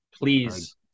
Please